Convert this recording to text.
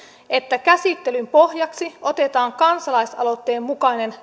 että käsittelyn pohjaksi otetaan kansalaisaloitteen mukainen